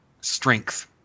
strength